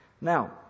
Now